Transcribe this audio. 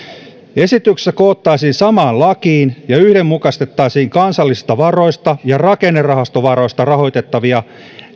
esityksessä koottaisiin samaan lakiin ja yhdenmukaistettaisiin kansallisista varoista ja rakennerahastovaroista rahoitettavia